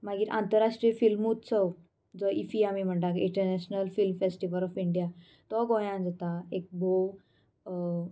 मागीर आंतरराष्ट्रीय फिल्मोत्सव जो इफ्फी आमी म्हणटा international film festival of India तो गोंयांत जाता एक भोव